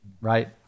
right